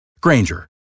Granger